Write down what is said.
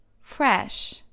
Fresh